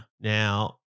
now